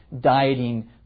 dieting